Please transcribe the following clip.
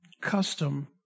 custom